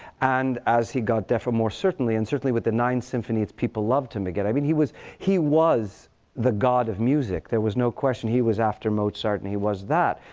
and as he got deafer, more certainly. and certainly, with the ninth symphony, people loved him again. i mean he was he was the god of music. there was no question. he was after mozart. and he was that.